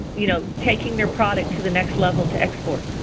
you know, taking their product to the next level to export?